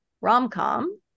rom-com